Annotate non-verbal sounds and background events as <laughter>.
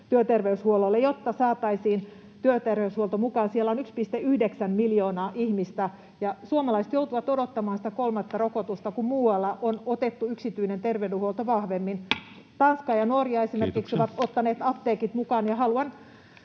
työterveyshuollolle, jotta saataisiin työterveyshuolto mukaan. Siellä on 1,9 miljoonaa ihmistä, ja suomalaiset joutuvat odottamaan sitä kolmatta rokotusta, kun muualla on otettu yksityinen terveydenhuolto vahvemmin. <noise> Tanska ja Norja esimerkiksi ovat ottaneet apteekit mukaan,